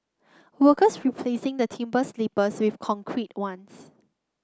workers replacing the timber sleepers with concrete ones